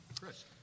Chris